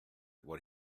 what